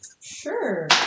Sure